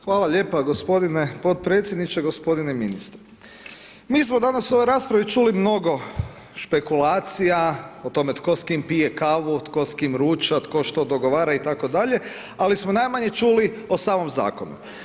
Hvala lijepo gospodine podpredsjedniče, gospodine ministre, mi smo danas u ovoj raspravi čuli mnogo špekulacija o tome tko s kim pije kavu, tko s kim ruča, tko što dogovara itd., ali smo najmanje čuli o samom zakonu.